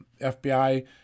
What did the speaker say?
FBI